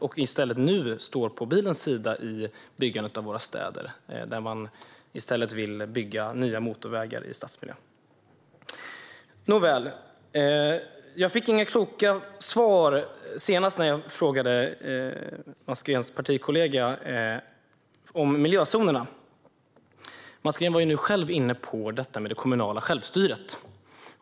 Nu står man i stället på bilens sida i byggandet av våra städer, där man vill bygga nya motorvägar i stadsmiljö. Nåväl, jag fick inga kloka svar senast när jag frågade Mats Greens partikollega om miljözonerna. Mats Green var nu själv inne på det kommunala självstyret.